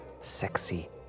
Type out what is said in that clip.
sexy